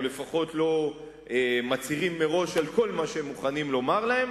או לפחות לא מצהירים מראש על כל מה שהם מוכנים לומר להם,